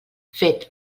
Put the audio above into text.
fet